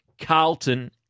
Carlton